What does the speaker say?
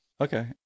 Okay